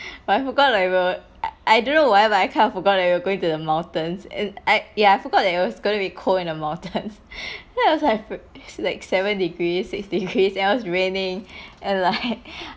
but I forgot I would I don't know why but I I kind of forgot that we were going to the mountains in I ya forgot it was gonna be cold in the mountain that was like fr~ seven degrees six degrees and it was raining and like